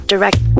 Direct